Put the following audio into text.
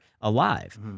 alive